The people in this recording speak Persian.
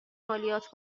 مالیات